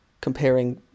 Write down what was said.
comparing